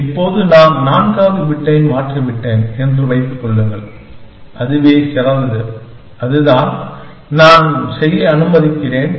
இப்போது நான் நான்காவது பிட்டை மாற்றிவிட்டேன் என்று வைத்துக் கொள்ளுங்கள் அதுவே சிறந்தது அதுதான் நான் செய்ய அனுமதிக்கிறேன்